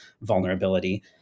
vulnerability